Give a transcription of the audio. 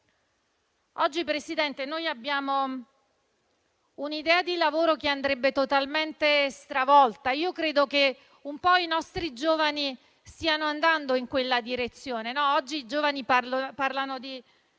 Signor Presidente, oggi abbiamo un'idea di lavoro che andrebbe totalmente stravolta, ma credo che un po' i nostri giovani stiano andando in quella direzione. Oggi i giovani parlano di